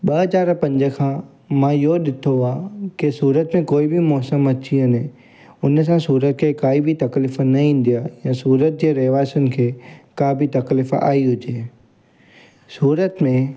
ॿ हज़ार पंज खां मां इहो ॾिठो आहे की सूरत में कोइ बि मौसमु अची वञे हुन सां सूरत खे काई बि तकलीफ़ न ईंदी आहे ऐं सूरत जे रहेवासियुनि खे का बि तकलीफ़ आई हुजे सूरत में